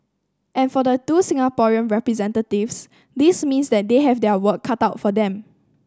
and for the two Singaporean representatives this means that they have their work cut out for them